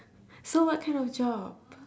so what kind of job